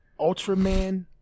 Ultraman